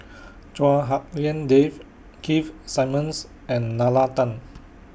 Chua Hak Lien Dave Keith Simmons and Nalla Tan